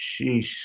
Sheesh